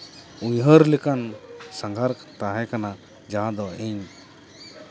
ᱩᱭᱦᱟᱹᱨ ᱞᱮᱠᱟᱱ ᱥᱟᱸᱜᱷᱟᱨ ᱛᱟᱦᱮᱸ ᱠᱟᱱᱟ ᱡᱟᱦᱟᱸ ᱫᱚ ᱤᱧ